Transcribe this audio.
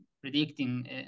predicting